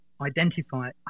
Identify